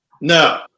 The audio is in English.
no